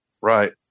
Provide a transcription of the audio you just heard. Right